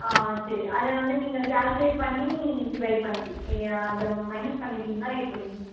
சரி அதை வந்து நீங்கள் கால்குலேட் பண்ணி டிவைட் பண்ணி நீங்க அதை மைனஸ் பண்ணிப்பீங்களா எப்படி